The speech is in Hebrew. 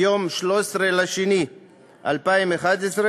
מיום 13 בפברואר 2011,